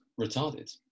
retarded